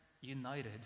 united